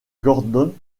gordon